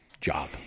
job